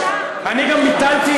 אני אתמול ביטלתי,